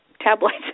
tabloids